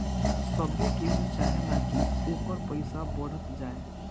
सभे केहू चाहेला की ओकर पईसा बढ़त जाए